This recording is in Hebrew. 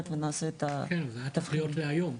ונעשה את --- כן זה היה צריך להיות להיום.